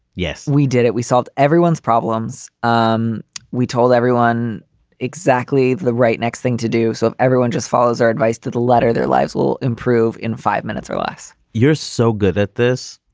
yes, we did it. we solved everyone's problems. um we told everyone exactly the right next thing to do. so everyone just follows our advice to the letter. their lives will improve in five minutes or less you're so good at this.